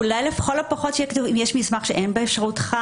אולי לכל הפחות ייאמר שאם יש מסמך שאין באפשרותך,